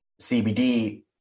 CBD